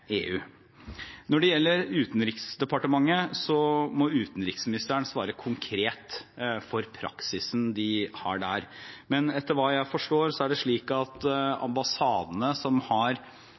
EU. Når det gjelder Utenriksdepartementet, må utenriksministeren svare konkret for praksisen de har der. Men etter hva jeg forstår, er det slik at ambassadene som mottar visumsøknadene, ikke har